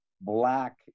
Black